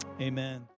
Amen